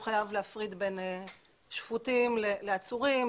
הוא חייב להפריד בין שפוטים לעצורים,